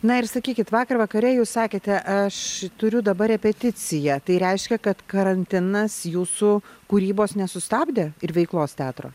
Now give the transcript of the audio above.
na ir sakykit vakar vakare jūs sakėte aš turiu dabar repeticiją tai reiškia kad karantinas jūsų kūrybos nesustabdė ir veiklos teatro